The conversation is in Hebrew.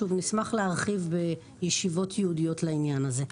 שוב, נשמח להרחיב בישיבות ייעודיות לעניין הזה.